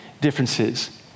differences